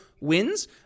wins